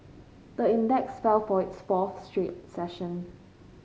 the index fell for its fourth straight session